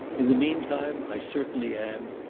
in the meantime i certainly am,